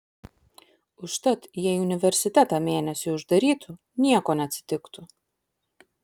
užtat jei universitetą mėnesiui uždarytų nieko neatsitiktų